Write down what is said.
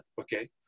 okay